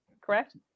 correct